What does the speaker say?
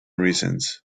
reasons